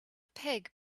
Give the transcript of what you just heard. pig